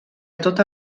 tota